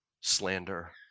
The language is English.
slander